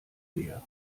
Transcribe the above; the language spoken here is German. leer